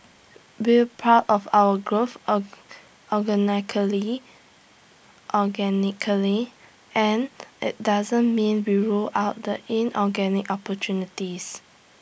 we're proud of our growth organically organically and IT doesn't mean we rule out the inorganic opportunities